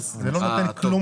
אלכס, זה לא נותן כלום.